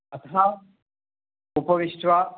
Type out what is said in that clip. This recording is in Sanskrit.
अधः उपविश्य